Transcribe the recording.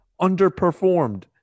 underperformed